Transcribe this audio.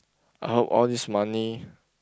how all these money